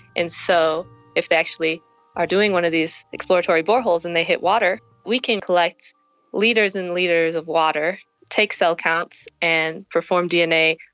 and so if they actually are doing one of these exploratory boreholes and they hit water, we can collect litres and litres of water, take cell counts and perform dna,